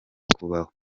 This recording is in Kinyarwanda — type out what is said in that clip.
kubaho